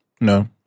No